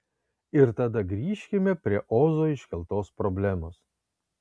ir tada grįžkime prie ozo iškeltos problemos